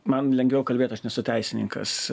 man lengviau kalbėt aš nesu teisininkas